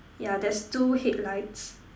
ya there's two headlights